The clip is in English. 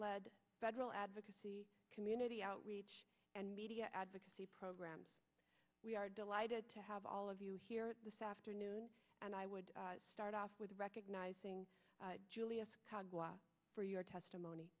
lead federal advocacy community outreach and media advocacy program we are delighted to have all of you here this afternoon and i would start off with recognizing how for your testimony